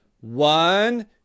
one